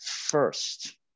first